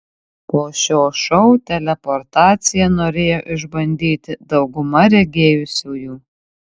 po šio šou teleportaciją norėjo išbandyti dauguma regėjusiųjų